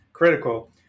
critical